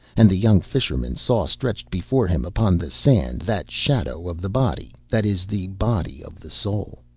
and the young fisherman saw stretched before him upon the sand that shadow of the body that is the body of the soul.